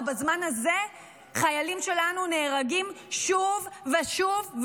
ובזמן הזה חיילים שלנו נהרגים שוב ושוב?